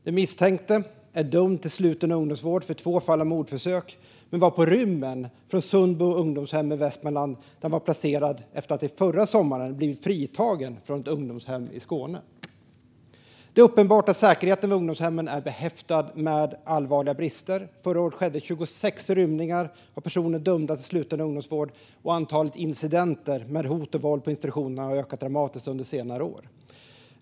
Den misstänkte är dömd till sluten ungdomsvård för två fall av mordförsök men var på rymmen från Sundby ungdomshem i Västmanland, där han var placerad efter att förra sommaren ha blivit fritagen från ett ungdomshem i Skåne. Det är uppenbart att säkerheten vid ungdomshemmen är behäftad med allvarliga brister. Förra året skedde 26 rymningar av personer dömda till sluten ungdomsvård, och antalet incidenter med hot och våld på institutionerna har ökat dramatiskt under senare år.